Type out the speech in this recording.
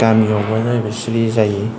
गामियावबा जाहैबाय सिरि जायो